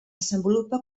desenvolupa